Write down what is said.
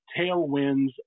tailwinds